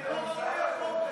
זה לא,